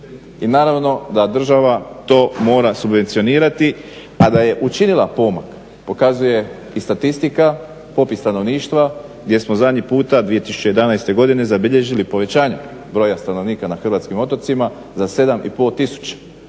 I naravno da država to mora subvencionirati, a da je učinila pomak pokazuje i statistika, popis stanovništva gdje smo zadnji puta 2011. godine zabilježili povećanje broja stanovnika na hrvatskim otocima za 7 i pol tisuća